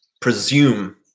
presume